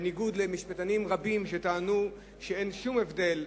בניגוד למשפטנים רבים שטענו שאין שום הבדל,